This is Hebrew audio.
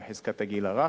בחזקת הגיל הרך,